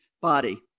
body